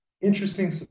interesting